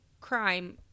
crime